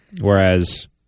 Whereas